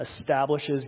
establishes